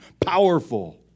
powerful